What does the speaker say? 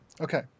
Okay